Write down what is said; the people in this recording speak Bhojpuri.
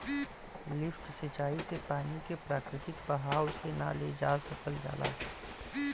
लिफ्ट सिंचाई से पानी के प्राकृतिक बहाव से ना ले जा सकल जाला